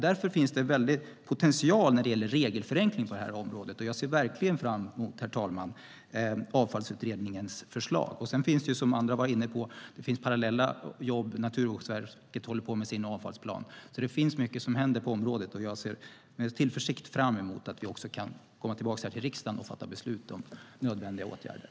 Därför finns det en stor potential när det gäller regelförenklingar på det här området. Jag ser verkligen fram emot Avfallsutredningens förslag. Som andra varit inne på finns det parallella saker som pågår. Naturvårdsverket håller på med sin avfallsplan. Det händer mycket på området, och jag ser med tillförsikt fram emot att vi också kan komma tillbaka här i riksdagen och fatta beslut om nödvändiga åtgärder.